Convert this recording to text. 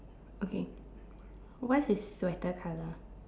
okay what's his sweater colour